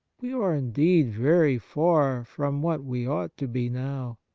we are indeed very far from what we ought to be now.